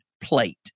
plate